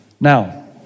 Now